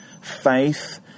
faith